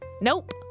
Nope